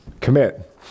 Commit